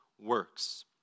works